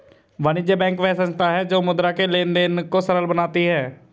वाणिज्य बैंक वह संस्था है जो मुद्रा के लेंन देंन को सरल बनाती है